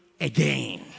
again